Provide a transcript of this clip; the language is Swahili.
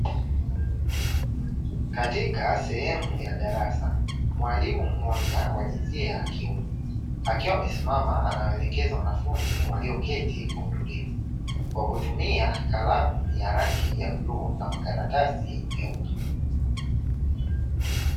Katika sehemu ya darasa mwalimu mmoja wa jinsia ya kiume, akiwa amesimama anawaelekeza wanafunzi walioketi, kwa kutumia kalamu ya rangi ya bluu na makaratasi meupe.